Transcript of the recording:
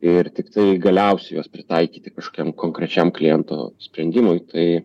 ir tiktai galiausia juos pritaikyti kažkam konkrečiam kliento sprendimui tai